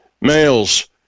Males